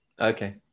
Okay